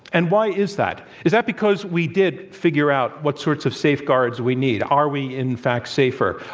and why is that? is that because we did figure out what sorts of safeguards we need? are we, in fact, safer?